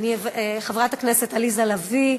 חבר הכנסת מנואל טרכטנברג.